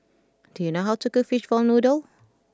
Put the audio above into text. do you know how to cook Fishball Noodle